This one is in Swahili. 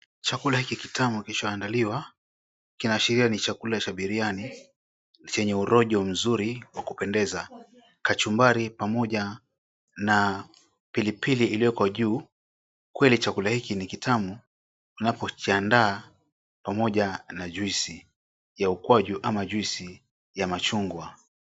Chakula hiki kitamu kilichoandaliwa, kinaashiria chakula cha biryani chenye rojo mzuri wa kupendeza. Kachumbari pamoja na pilipili iliyoko juu. Kweli chakula hiki ni kitamu unapokiandaa pamoja na juicy ya ukwaju au juicy ya machungwa.